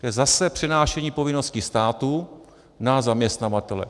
To je zase přenášení povinnosti státu na zaměstnavatele.